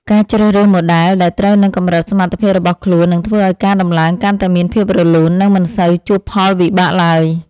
ការជ្រើសរើសម៉ូដែលដែលត្រូវនឹងកម្រិតសមត្ថភាពរបស់ខ្លួននឹងធ្វើឱ្យការដំឡើងកាន់តែមានភាពរលូន និងមិនសូវជួបផលវិបាកឡើយ។